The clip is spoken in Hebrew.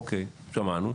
אוקיי, שמענו.